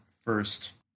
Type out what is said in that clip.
first